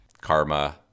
karma